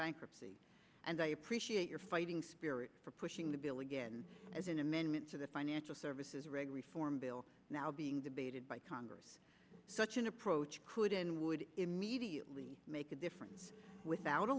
bankruptcy and i appreciate your fighting spirit for pushing the bill again as an amendment to the financial services reg reform bill now being debated by congress such an approach couldn't would immediately make a difference without a